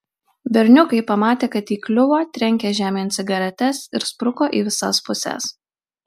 berniukai pamatę kad įkliuvo trenkė žemėn cigaretes ir spruko į visas puses